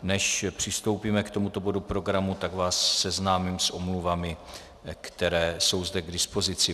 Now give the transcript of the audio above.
Než přistoupíme k tomuto bodu programu, tak vás seznámím s omluvami, které jsou zde k dispozici.